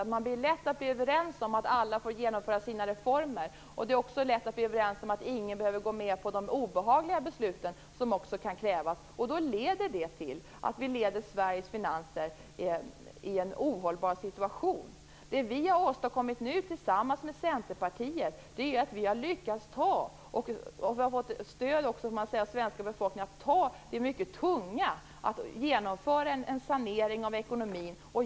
Det är lätt att bli överens om att alla får genomföra sina reformer, och det är också lätt att bli överens om att ingen behöver gå med på de obehagliga beslut som också kan krävas, men då leder det till att Sveriges finanser förs in i en ohållbar situation. Det vi nu har åstadkommit, tillsammans med Centerpartiet och med stöd av svenska folket, är att vi har lyckats med det mycket tunga arbetet att genomföra en sanering av ekonomin.